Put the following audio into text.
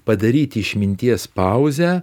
padaryt išminties pauzę